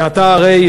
ואתה הרי,